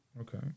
Okay